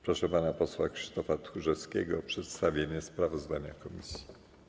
Proszę pana posła Krzysztofa Tchórzewskiego o przedstawienie sprawozdania komisji.